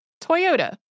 Toyota